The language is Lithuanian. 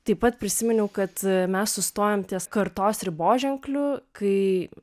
taip pat prisiminiau kad mes sustojom ties kartos riboženkliu kai